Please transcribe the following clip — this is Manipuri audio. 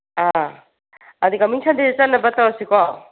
ꯑꯥ ꯑꯗꯨꯗꯤ ꯀꯃꯤꯡ ꯁꯟꯗꯦꯗ ꯆꯠꯅꯕ ꯇꯧꯔꯁꯤꯀꯣ